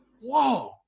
whoa